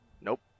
Nope